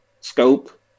scope